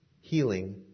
healing